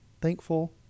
thankful